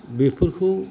बेफोरखौ